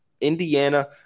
Indiana